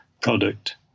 product